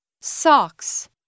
Socks